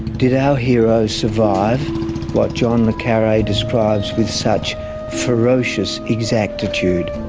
did our hero survive what john le carre describes with such ferocious exactitude,